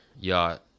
yacht